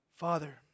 Father